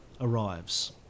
arrives